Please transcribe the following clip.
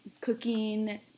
cooking